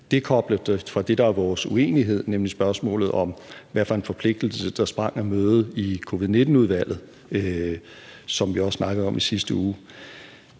og koble det fra det, der er vores uenighed, nemlig spørgsmålet om, hvad for en forpligtelse der udsprang af mødet i covid-19-udvalget, som vi også snakkede om i sidste uge.